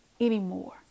anymore